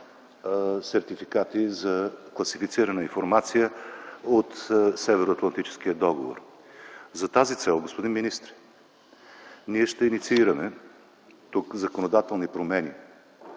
сертификати за класифицирана информация от Северноатлантическия договор. За тази цел, господин министър, ние ще инициираме тук законодателни промени,